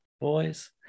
boys